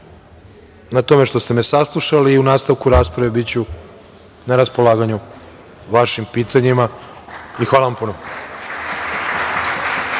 na tome što ste me saslušali i u nastavku rasprave biću na raspolaganju vašim pitanjima i hvala vam puno.